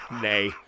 Nay